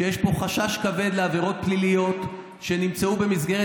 כשיש פה חשש כבד לעבירות פליליות שנמצאו במסגרת,